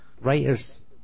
Writers